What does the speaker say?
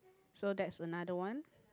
so that's another one